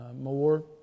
more